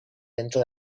dentro